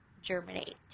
Germinate